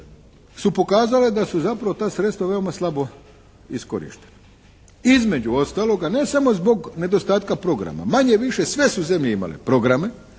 su pokazale da su zapravo ta sredstva veoma slabo iskorišten. Između ostaloga ne samo zbog nedostatka programa, manje-više sve su zemlje imale programe,